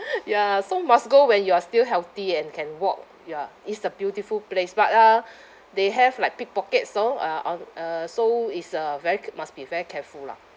ya so must go when you are still healthy and can walk ya is a beautiful place but uh they have like pickpockets so uh on uh so is a very ca~ must be very careful lah